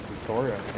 Victoria